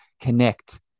connect